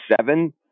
seven